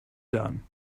done